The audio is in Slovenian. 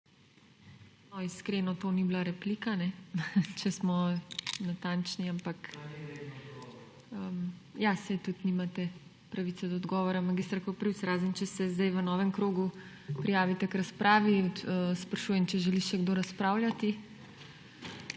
Iskreno, to ni bila replika, če smo natančni, ampak… / oglašanje iz dvorane/ Ja, saj tudi nimate pravice do odgovora, mag. Koprivc, razen če se zdaj v novem krogu prijavite k razpravi. Sprašujem, če želi še kdo razpravljati?